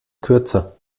kürzer